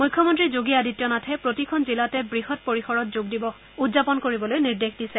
মুখ্যমন্ত্ৰী যোগী আদিত্য নাথে প্ৰতিখন জিলাতে বৃহৎ পৰিসৰত যোগ দিৱস উদযাপন কৰিবলৈ নিৰ্দেশ দিছে